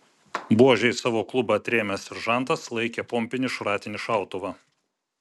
buože į savo klubą atrėmęs seržantas laikė pompinį šratinį šautuvą